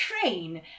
train